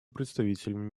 представителем